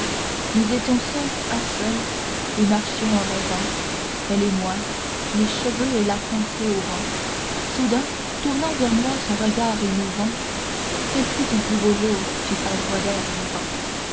nous étions seul à seule et marchions en rêvant elle et moi les cheveux et la pensée au vent soudain tournant vers moi son regard émouvant quel fut ton plus beau jour fit sa voix d'or vivant